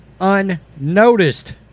unnoticed